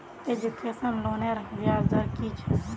Education लोनेर ब्याज दर कि छे?